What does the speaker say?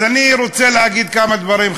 אז אני רוצה להגיד כמה דברים,